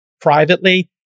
privately